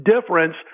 difference